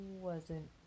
wasn't-